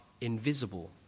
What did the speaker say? invisible